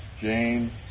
James